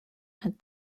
had